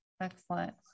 Excellent